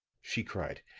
she cried.